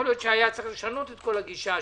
יכול להיות שהיה צריך לשנות את כל הגישה,